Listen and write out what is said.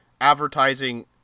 advertising